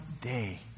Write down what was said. day